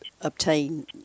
obtain